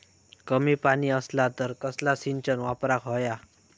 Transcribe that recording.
कमी पाणी असला तर कसला सिंचन वापराक होया?